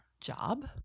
job